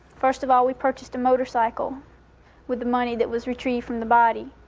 first of all, we purchased a motorcycle with the money that was retrieved from the body.